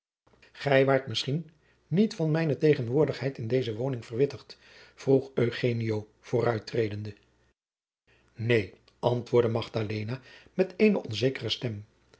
gij waart misschien niet van mijne tegenwoordigheid in deze woning verwittigd vroeg eugenio vooruittredende neen antwoordde magdalena met eene onzekere stem